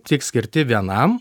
tik skirti vienam